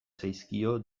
zaizkio